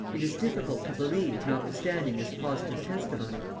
it is difficult to believe, notwithstanding this positive testimony,